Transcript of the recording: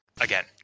again